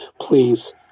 Please